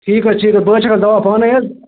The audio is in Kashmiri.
ٹھیٖک حظ ٹھیٖک حظ بہٕ حظ چھَکس دوا پانَے حظ